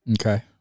Okay